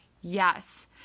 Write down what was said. Yes